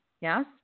yes